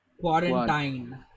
Quarantine